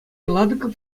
ладыков